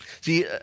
See